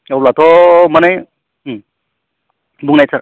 अब्लाथ' माने बुंनाय सार